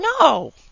No